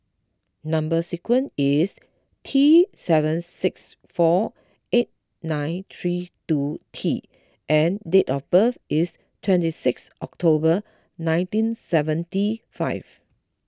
Number Sequence is T seven six four eight nine three two T and date of birth is twenty six October nineteen seventy five